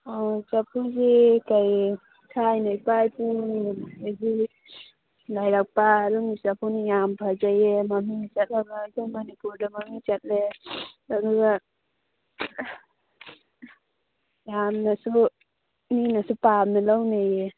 ꯑꯣ ꯆꯐꯨꯁꯤ ꯀꯩ ꯊꯥꯏꯅ ꯏꯄꯥ ꯏꯄꯨꯗꯒꯤ ꯂꯩꯔꯛꯄ ꯅꯨꯡꯒꯤ ꯆꯐꯨꯅꯤ ꯌꯥꯝ ꯐꯖꯩꯌꯦ ꯃꯃꯤꯡ ꯆꯠꯂꯕ ꯑꯩꯈꯣꯏ ꯃꯅꯤꯄꯨꯔꯗ ꯃꯃꯤꯡ ꯆꯠꯂꯦ ꯑꯗꯨꯒ ꯌꯥꯝꯅꯁꯨ ꯃꯤꯅꯁꯨ ꯄꯥꯝꯅ ꯂꯧꯅꯩꯌꯦ